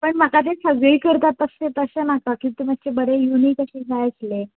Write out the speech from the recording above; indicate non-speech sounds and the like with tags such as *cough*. पण म्हाका तें सगळीं करतात तशें तशें नाका *unintelligible* बरें युनिक अशें जाय आशिल्लें